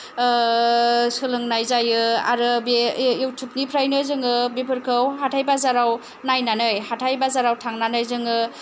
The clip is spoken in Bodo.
सोलोंनाय जायो आरो बे युटुबनिफ्रायनो जोङो बेफोरखौ हाथाय बाजाराव नायनानै हाथाय बाजाराव थांनानै जोङो